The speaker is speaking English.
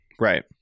right